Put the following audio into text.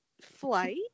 flight